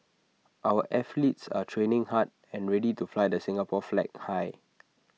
our athletes are training hard and ready to fly the Singapore flag high